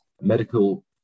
medical